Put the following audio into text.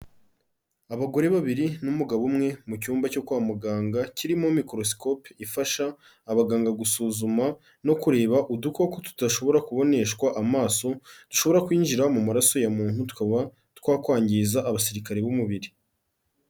Abagore babiri n'umugabo umwe, mu cyumba cyo kwa muganga, kirimo microscope ifasha abaganga gusuzuma, no kureba udukoko tudashobora kuboneshwa amaso, dushobora kwinjira mu maraso ya muntu, tukaba twakwangiza abasirikare b'umubiri.